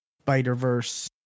Spider-Verse